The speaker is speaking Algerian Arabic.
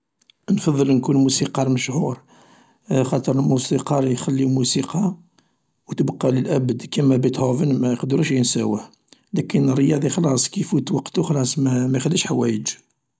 .نفضل نكون موسيقار مشهور خاطر الموسيقار يخلي موسيقى و تبقى للأبد كيما بيتهوفن ميقدروش ينساوه، لكن الرياضي خلاص كي يفوت وقتو خلاص ميخليش حوايج